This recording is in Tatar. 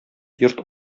йорт